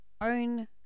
own